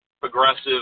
progressive